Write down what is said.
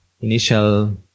initial